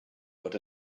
what